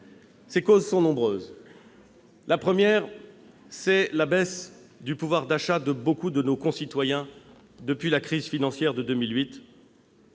Les causes en sont nombreuses. La première, c'est la baisse du pouvoir d'achat de nombre de nos concitoyens depuis la crise financière de 2008,